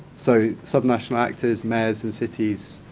so, some national actors, mayors, and cities,